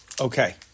okay